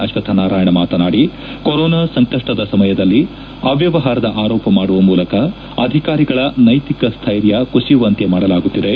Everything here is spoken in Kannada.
ಅಶ್ವತ್ತನಾರಾಯಣ ಮಾತನಾಡಿ ಕೊರೊನಾ ಸಂಕಪ್ಪದ ಸಮಯದಲ್ಲಿ ಅವ್ಬವಹಾರದ ಆರೋಪ ಮಾಡುವ ಮೂಲಕ ಅಧಿಕಾರಿಗಳ ಸೈತಿಕ ಸ್ಟ್ರೆರ್ಯ ಕುಸಿಯುವಂತೆ ಮಾಡಲಾಗುತ್ತಿದೆ